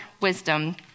wisdom